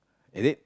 is it